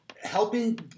helping